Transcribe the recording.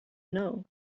know